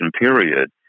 period